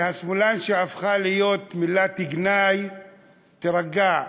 השמאלן, שהפכה להיות מילת גנאי, תירגע.